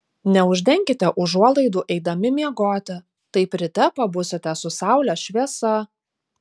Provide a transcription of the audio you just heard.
neuždenkite užuolaidų eidami miegoti taip ryte pabusite su saulės šviesa